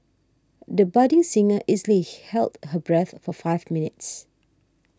the budding singer easily held her breath for five minutes